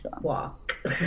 walk